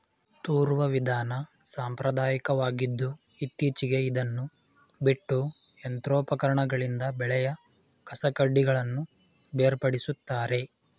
ತೂರುವ ವಿಧಾನ ಸಾಂಪ್ರದಾಯಕವಾಗಿದ್ದು ಇತ್ತೀಚೆಗೆ ಇದನ್ನು ಬಿಟ್ಟು ಯಂತ್ರೋಪಕರಣಗಳಿಂದ ಬೆಳೆಯ ಕಸಕಡ್ಡಿಗಳನ್ನು ಬೇರ್ಪಡಿಸುತ್ತಾರೆ